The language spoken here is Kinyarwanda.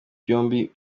byombi